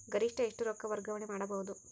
ಗರಿಷ್ಠ ಎಷ್ಟು ರೊಕ್ಕ ವರ್ಗಾವಣೆ ಮಾಡಬಹುದು?